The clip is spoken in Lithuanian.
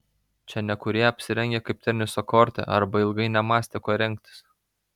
čia nekurie apsirengę kaip teniso korte arba ilgai nemąstė kuo rengtis